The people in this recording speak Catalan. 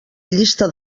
llista